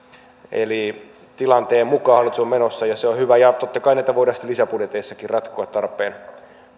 eli tilanteen mukaan hallitus on menossa ja se on hyvä totta kai näitä voidaan sitten lisäbudjeteissakin ratkoa tarpeen